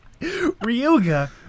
Ryuga